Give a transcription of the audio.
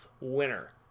winner